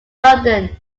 london